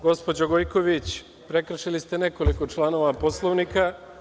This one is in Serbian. Gospođo Gojković, prekršili ste nekoliko članova Poslovnika.